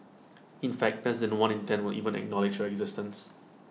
in fact less than one in ten will even acknowledge your existence